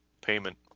payment